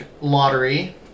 lottery